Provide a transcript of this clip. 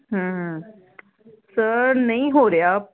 sir ਨਹੀਂ ਹੋ ਰਿਹਾ